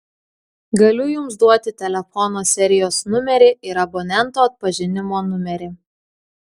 galiu jums duoti telefono serijos numerį ir abonento atpažinimo numerį